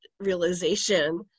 realization